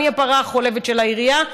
אני הפרה החולבת של העירייה.